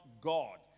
God